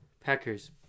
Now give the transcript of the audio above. Packers